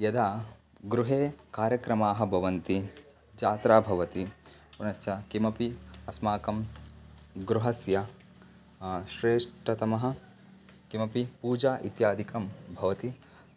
यदा गृहे कार्यक्रमाः भवन्ति जात्रा भवति पुनश्च किमपि अस्माकं गृहस्य श्रेष्ठतमः किमपि पूजा इत्यादिकं भवति